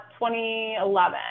2011